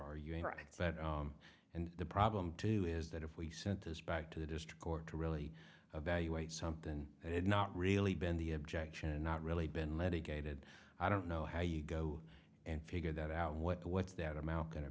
are using right and the problem too is that if we sent this back to the district court to really evaluate something it's not really been the objection and not really been litigated i don't know how you go and figure that out what what's that amount going to